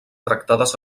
tractades